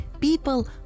people